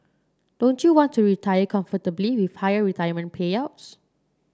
don't you want to retire comfortably with higher retirement payouts